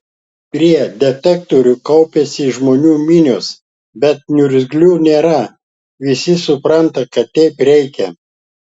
prie detektorių kaupiasi žmonių minios bet niurzglių nėra visi supranta kad taip reikia